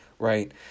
right